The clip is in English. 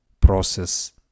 process